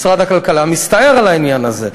משרד הכלכלה מסתער על העניין הזה.